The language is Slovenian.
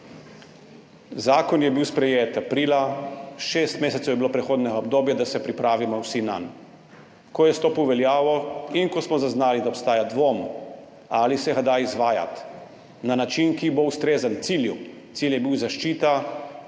Zakon je bil sprejet aprila, šest mesecev je bilo prehodnega obdobja, da se vsi pripravimo nanj. Ko je stopil v veljavo in ko smo zaznali, da obstaja dvom, ali se ga da izvajati na način, ki bo ustrezen cilju, cilj je bil zaščita